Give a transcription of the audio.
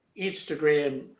Instagram